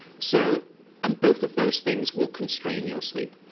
so um both of those things will constrain your sleep.